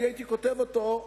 אני הייתי כותב אותו,